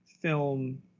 film